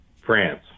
France